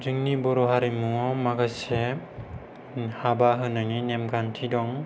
जोंनि बर' हारिमुआव माखासे हाबा होनायनि नेमखान्थि दं